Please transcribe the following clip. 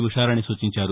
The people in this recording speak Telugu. ఉషారాణి సూచించారు